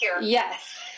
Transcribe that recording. Yes